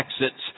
exits